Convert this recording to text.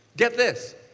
get this.